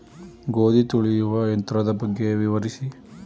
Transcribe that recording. ಗೋಧಿ ತುಳಿಯುವ ಯಂತ್ರದ ಬಗ್ಗೆ ವಿವರಿಸಿ?